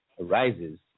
arises